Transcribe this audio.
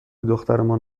دخترمان